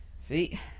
see